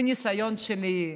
מהניסיון שלי,